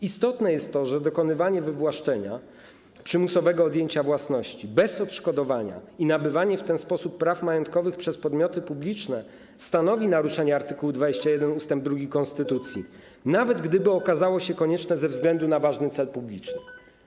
Istotne jest to, że dokonywanie wywłaszczenia, przymusowego odjęcia własności, bez odszkodowania i nabywanie w ten sposób praw majątkowych przez podmioty publiczne stanowi naruszenie art. 21 ust. 2 konstytucji, nawet gdyby okazało się konieczne ze względu na ważny cel publiczny.